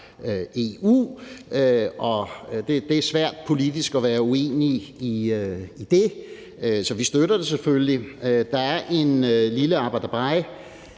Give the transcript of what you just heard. svært at være politisk uenig i det, så vi støtter det selvfølgelig. Der er et lille aber dabei